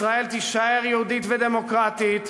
ישראל תישאר יהודית ודמוקרטית.